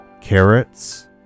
carrots